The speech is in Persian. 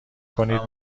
کنید